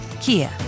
Kia